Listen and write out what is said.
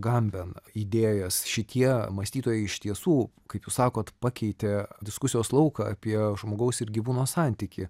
gamben idėjas šitie mąstytojai iš tiesų kaip jūs sakot pakeitė diskusijos lauką apie žmogaus ir gyvūno santykį